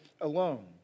alone